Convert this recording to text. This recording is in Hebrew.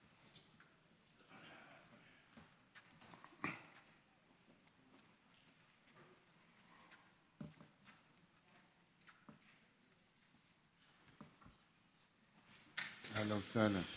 אהלן וסהלן.